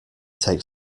take